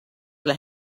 las